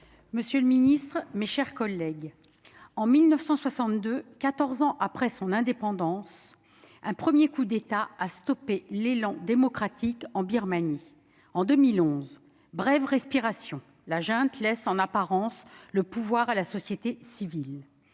monsieur le ministre, mes chers collègues, en 1962, quatorze ans après son indépendance, un premier coup d'État a stoppé l'élan démocratique en Birmanie. En 2011, brève respiration : la junte laisse en apparence le pouvoir à la société civile.